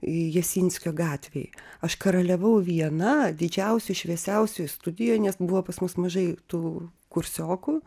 jasinskio gatvėj aš karaliavau viena didžiausioj šviesiausioj studijoj nes buvo pas mus mažai tų kursiokų